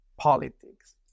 politics